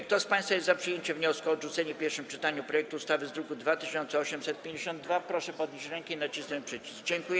Kto z państwa jest za przyjęciem wniosku o odrzucenie w pierwszym czytaniu projektu ustawy z druku nr 2852, proszę podnieść rękę i nacisnąć przycisk.